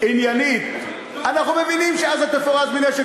עניינית, אנחנו מבינים שעזה תפורז מנשק